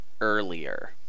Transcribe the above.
earlier